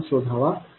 शोधावा लागेल